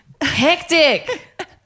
Hectic